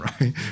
right